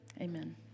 Amen